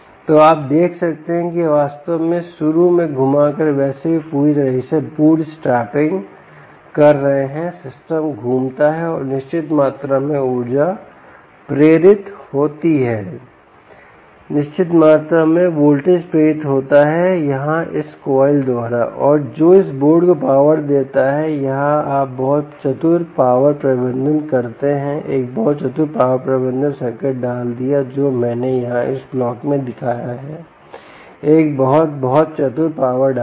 तो आप देख सकते हैं कि आप वास्तव में शुरू में घुमाकर वैसे भी पूरी तरह से बूटस्ट्रैपिंग कर रहे हैं सिस्टम घूमता है और निश्चित मात्रा में ऊर्जा प्रेरित होती है निश्चित मात्रा में वोल्टेज प्रेरित होता है यहाँ इस कॉइल द्वारा और जो इस बोर्ड को पावर देता है यहाँ आप बहुत चतुर पावर प्रबंधन करती हैं एक बहुत चतुर पावर प्रबंधन सर्किट डाल दिया जो मैंने यहां इस ब्लॉक में दिखाया है एक बहुत बहुत चतुर पावर डाल दिया